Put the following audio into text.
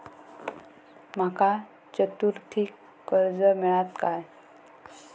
माका चतुर्थीक कर्ज मेळात काय?